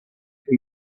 for